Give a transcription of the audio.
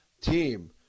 team